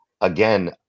again